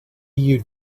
you